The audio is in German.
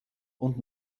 und